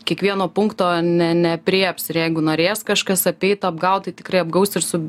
kiekvieno punkto ne neaprėps ir jeigu norės kažkas apeit apgaut tai tikrai apgaus ir su